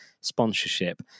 sponsorship